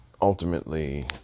Ultimately